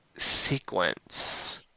sequence